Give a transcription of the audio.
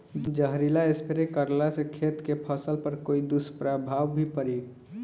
जहरीला स्प्रे करला से खेत के फसल पर कोई दुष्प्रभाव भी पड़ी?